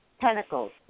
pentacles